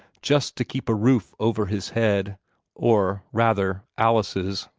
just to keep a roof over his head or rather alice's.